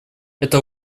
эта